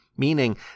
meaning